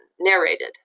narrated